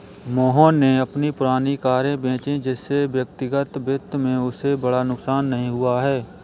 मोहन ने अपनी पुरानी कारें बेची जिससे व्यक्तिगत वित्त में उसे बड़ा नुकसान नहीं हुआ है